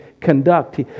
conduct